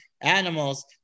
animals